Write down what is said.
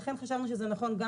לכן חשבנו שזה נכון גם